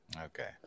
Okay